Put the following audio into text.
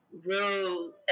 real